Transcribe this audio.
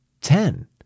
ten